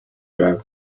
байв